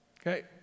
Okay